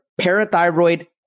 parathyroid